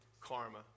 karma